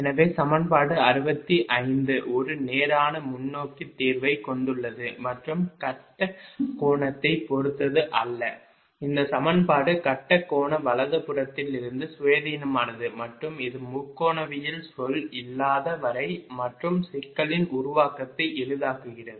எனவே சமன்பாடு 65 ஒரு நேரான முன்னோக்கித் தீர்வைக் கொண்டுள்ளது மற்றும் கட்டக் கோணத்தைப் பொறுத்தது அல்ல இந்த சமன்பாடு கட்டக் கோண வலதுபுறத்திலிருந்து சுயாதீனமானது மற்றும் இது முக்கோணவியல் சொல் இல்லாத வரை மற்றும் சிக்கலின் உருவாக்கத்தை எளிதாக்குகிறது